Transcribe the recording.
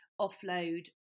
offload